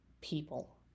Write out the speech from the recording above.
people